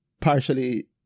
partially